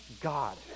God